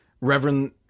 Reverend